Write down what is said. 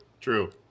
true